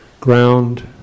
ground